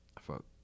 fuck